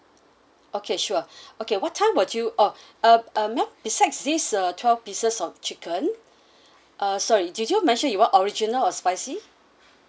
okay sure okay what time will you oh uh uh ma'am besides this uh twelve pieces of chicken uh sorry did you mention you want original or spicy